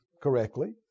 correctly